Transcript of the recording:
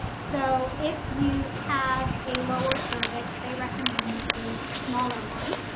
so if you have a lower cervix, they recommend the smaller one.